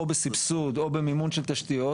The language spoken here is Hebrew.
או בסבסוד או במימון של תשתיות,